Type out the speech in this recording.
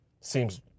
Seems